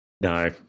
no